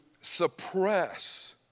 suppress